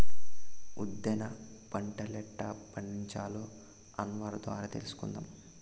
ఉద్దేన పంటలెట్టా పండించాలో అన్వర్ ద్వారా తెలుసుకుందాం